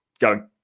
go